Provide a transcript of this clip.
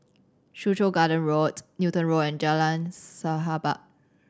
Soo Chow Garden Roads Newton Road and Jalan Sahabat